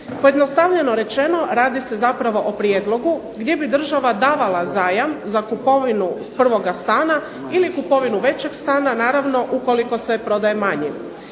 Pojednostavljeno rečeno radi se zapravo o prijedlogu gdje bi država davala zajam za kupovinu prvoga stana ili kupovinu većeg stana, naravno ukoliko se prodaje manji.